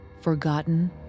forgotten